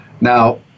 Now